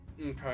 Okay